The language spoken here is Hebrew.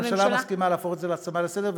הממשלה מוכנה להפוך את ההצעה להצעה לסדר-היום,